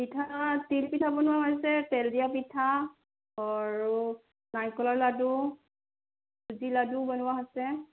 পিঠা তিল পিঠা বনোৱা হৈছে তেল দিয়া পিঠা আৰু নাৰিকলৰ লাড়ু চুজি লাড়ুও বনোৱা হৈছে